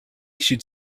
should